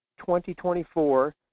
2024